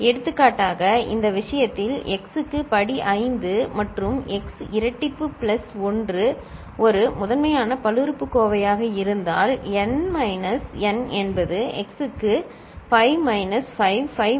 எடுத்துக்காட்டாக இந்த விஷயத்தில் x க்கு படி 5 மற்றும் x இரட்டிப்பு பிளஸ் 1 ஒரு முதன்மையான பல்லுறுப்புக்கோவையாக இருந்தால் n மைனஸ் n என்பது x க்கு 5 மைனஸ் 5 5 மைனஸ் 2 மற்றும் 5 மைனஸ் 0